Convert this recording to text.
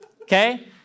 okay